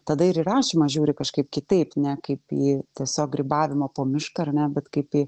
tada ir į rašymą žiūri kažkaip kitaip ne kaip į tiesiog grybavimą po mišką ar ne bet kaip į